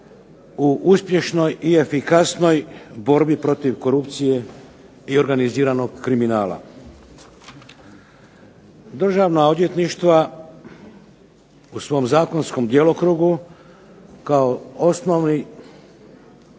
u uspješnoj i efikasnoj borbi protiv korupcije i organiziranog kriminala. Državna odvjetništva u svom zakonskom djelokrugu, kao osnovni